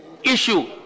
issue